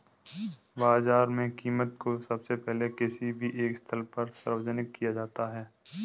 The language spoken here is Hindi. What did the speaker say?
बाजार में कीमत को सबसे पहले किसी भी एक स्थल पर सार्वजनिक किया जाता है